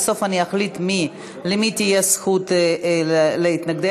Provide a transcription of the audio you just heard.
ובסוף אחליט למי תהיה זכות להתנגד.